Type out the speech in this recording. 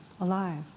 alive